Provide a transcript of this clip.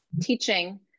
teaching